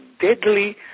deadly